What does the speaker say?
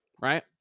right